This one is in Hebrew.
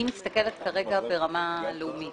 אני מסתכלת כרגע ברמה לאומית.